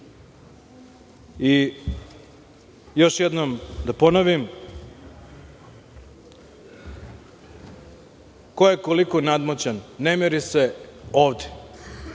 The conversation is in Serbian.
jednom da ponovim, ko je koliko nadmoćan ne meri se ovde,